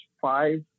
five